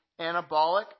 anabolic